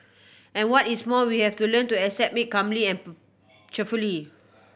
and what is more we have to learn to accept may calmly and cheerfully